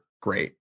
great